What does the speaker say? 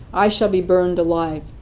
i shall be burned alive.